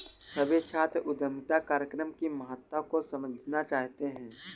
सभी छात्र उद्यमिता कार्यक्रम की महत्ता को समझना चाहते हैं